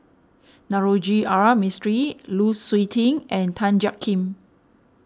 Navroji R Mistri Lu Suitin and Tan Jiak Kim